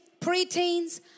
preteens